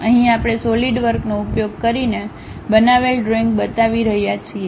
અહીં આપણે સોલિડવર્કનો ઉપયોગ કરીને બનાવેલ ડ્રોઈંગ બતાવી રહ્યા છીએ